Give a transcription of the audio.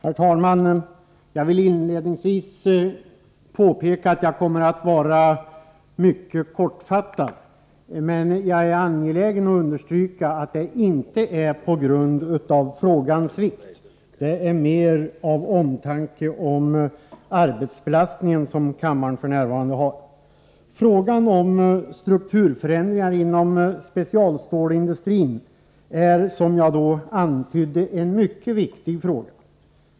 Herr talman! Jag vill inledningsvis påpeka att jag kommer att vara mycket kortfattad. Jag är angelägen att understryka att detta inte sammanhänger med frågans vikt utan mer beror på omtanke om den arbetsbelastning som kammaren f.n. har. Frågan om strukturförändringar inom specialstålsindustrin är, som jag antydde, en mycket viktig fråga.